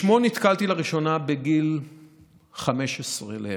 בשמו נתקלתי לראשונה בגיל 15 לערך.